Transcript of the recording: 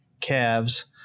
calves